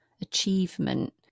achievement